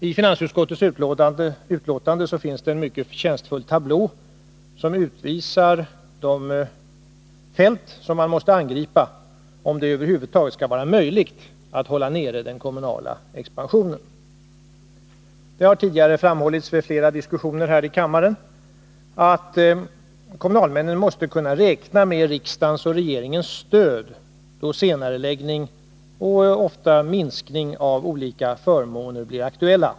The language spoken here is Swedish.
I finansutskottets betänkande finns en mycket förtjänstfull tablå som utvisar de fält som man måste angripa om det över huvud taget skall vara möjligt att hålla nere den kommunala expansionen. Det har tidigare vid flera diskussioner här i kammaren framhållits att kommunalmännen måste kunna räkna med riksdagens och regeringens stöd då senareläggning och ofta minskning av olika förmåner blir aktuella.